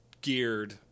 geared